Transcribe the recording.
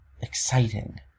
...exciting